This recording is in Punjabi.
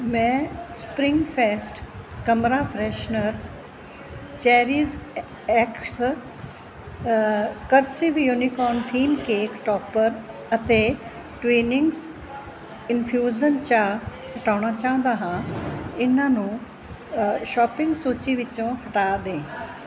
ਮੈਂ ਸਪਰਿੰਗ ਫੇਸਟ ਕਮਰਾ freshener CherishX cursive unicorn theme cake topper ਅਤੇ ਤਵਿੰਨ੍ਹਈਂਗਸ ਇਨਫਿਉਸਨ ਚਾਹ ਹਟਾਉਣਾ ਚਾਹੁੰਦਾ ਹਾਂ ਇਹਨਾਂ ਨੂੰ ਸ਼ੋਪਿੰਗ ਸੂਚੀ ਵਿੱਚੋਂ ਹਟਾ ਦੇ